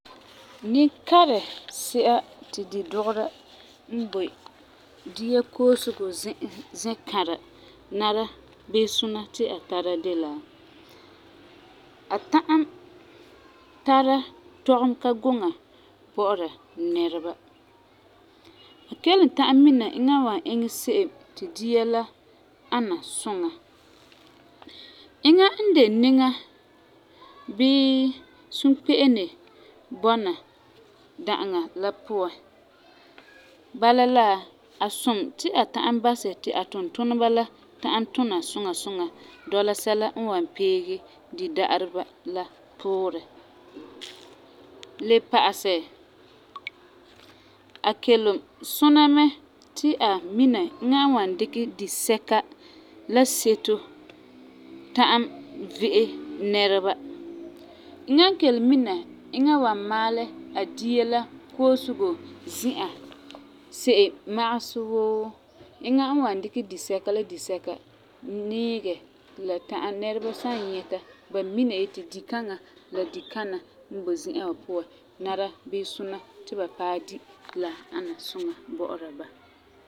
Ninkarɛ si'a ti didugera n boi dia zi'an zikãra nara bii suna ti a tara de la: A ta'am tara tɔgum kaguŋa bɔ'ɔra nɛreba, a kelum ta'am mina eŋa n wan iŋɛ se'em ti dia la ana suŋa, eŋa n de niŋa buu sukpe'ene bɔna da'aŋa la puan. Bala la, a sum ti a basɛ ti a tintuneba la ta'am tuna suŋa suŋa dɔla sɛla n wan peege dida'areba la puurɛ. Le pa'asɛ, a kelum suna mɛ ti a mina eŋa n wan dikɛ disɛka la seto ta'am ve'e nɛreba. Eŋa n kelum mina eŋa n wan maalɛ a dia la koosego zi'an se'em. Magesɛ wuu, eŋa n wan dikɛ disɛka la disɛka niigɛ ti la ta'am nɛreba san nyɛta ba mina yeti dikaŋa la dikana n boi zi'an wa puan nara bii suna ti ba paɛ di ti la ana suŋa bɔ'ɔra ba.